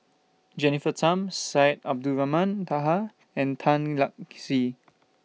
Jennifer Tham Syed Abdulrahman Taha and Tan Lark Sye